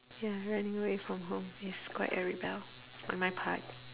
ya running away from home is quite a rebel on my part